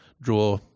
draw